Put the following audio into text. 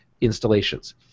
installations